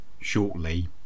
shortly